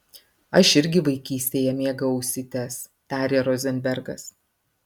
aš irgi vaikystėje mėgau ausytes tarė rozenbergas